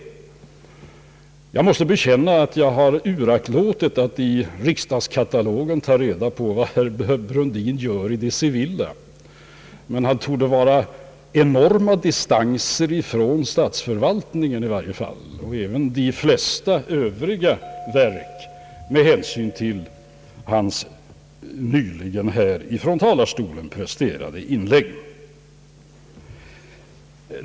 Jag måste bekänna att jag har uraktlåtit att i riksdagskatalogen ta reda på vad herr Brundin gör »i det civila», men han torde i varje fall vara enorma distanser från statsförvaltningen och även de flesta övriga verk att döma av hans nyligen här från talarstolen presenterade inlägg.